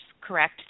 correct